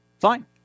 Fine